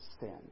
sin